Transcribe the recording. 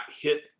hit